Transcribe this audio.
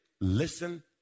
listen